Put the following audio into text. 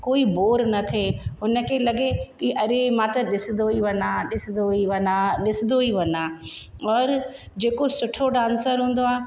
कोई बोर न थिए उन खे लॻे कि अरे मां त ॾिसंदो ई वञां ॾिसंदो ई वञां ॾिसंदो ई वञां और जेको सुठो डांसर हूंदो आहे